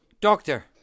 Doctor